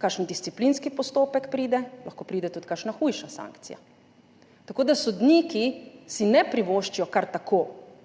Kakšen disciplinski postopek pride, lahko pride tudi kakšna hujša sankcija. Tako da sodniki si ne privoščijo kar tako